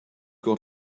got